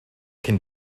cyn